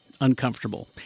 uncomfortable